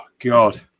God